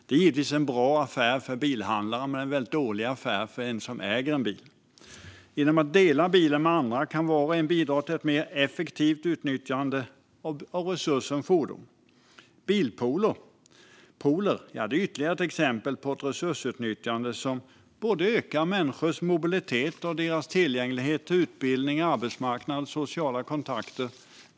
Det är givetvis en bra affär för bilhandlarna men en väldigt dålig affär för den som äger en bil. Genom att dela bilen med andra kan var och en bidra till ett mer effektivt utnyttjande av resursen fordon. Bilpooler är ytterligare ett exempel på ett resursutnyttjande som ökar både människors mobilitet och deras tillgänglighet till utbildning, arbetsmarknad och sociala kontakter.